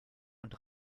und